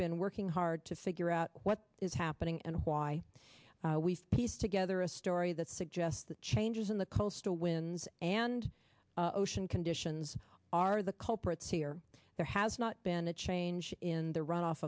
been working hard to figure out what is happening and why we've piece together a story that suggests that changes in the coastal wins and ocean conditions are the culprits here there has not been a change in the run off